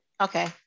Okay